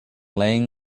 laying